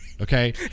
Okay